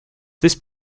this